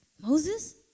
Moses